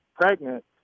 pregnant